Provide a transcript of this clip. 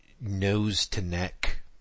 nose-to-neck